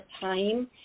time